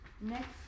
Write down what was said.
Next